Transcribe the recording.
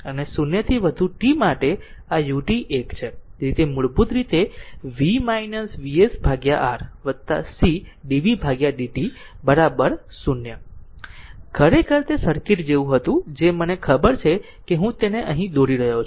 તેથી તે મૂળભૂત રીતે v VsR c dvdt are 0 ખરેખર તે સર્કિટ જેવું હતું જે મને ખબર છે કે હું તેને અહીં દોરી રહ્યો છું